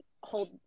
hold